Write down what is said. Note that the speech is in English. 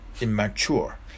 immature